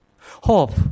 Hope